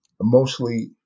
mostly